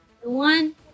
one